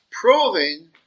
proving